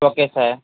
okay sir